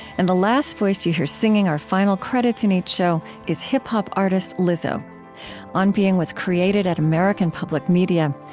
and the last voice you hear, singing the final credits in each show, is hip-hop artist lizzo on being was created at american public media.